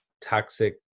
toxic